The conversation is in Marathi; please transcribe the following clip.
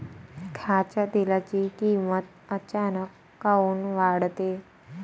खाच्या तेलाची किमत अचानक काऊन वाढते?